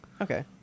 Okay